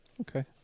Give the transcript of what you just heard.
Okay